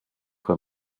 for